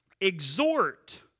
exhort